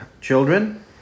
children